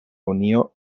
unio